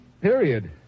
period